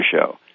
show